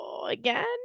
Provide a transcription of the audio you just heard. again